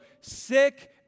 sick